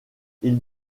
ils